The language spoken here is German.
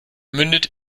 mündet